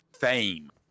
fame